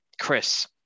Chris